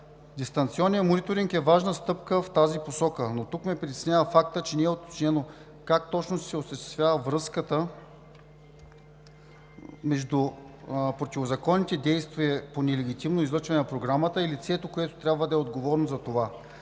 Дистанционният мониторинг е важна стъпка в тази посока, но тук ме притеснява фактът, че не е уточнено как точно ще се осъществява връзката между противозаконните действия по нелегитимно излъчване на програмата и лицето, което трябва да е отговорно за това,